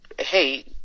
hey